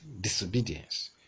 disobedience